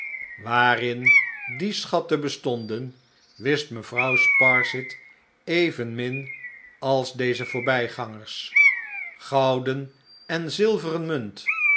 waarin die schatten bestonden wist mevrouw sparsit evenmin als deze voorbijgangers gouden en zilveren munt